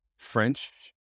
French